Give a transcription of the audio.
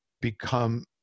become